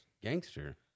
gangster